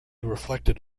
reflected